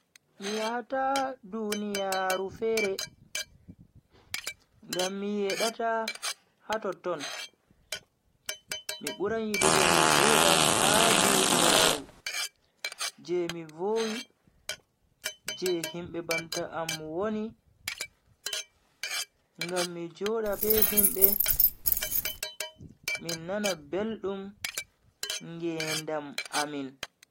Mi yahata duniyaaru fere, ngam mi yedata ha totton. mi buran yidugo mi joda ha duniyaaru je mi vowi je himbe banta am woni ngam mi joda be himbe min nana beldum ngedam amin.